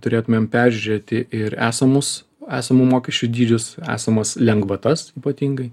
turėtumėm peržiūrėti ir esamus esamų mokesčių dydžius esamas lengvatas ypatingai